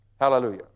Hallelujah